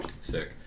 Sick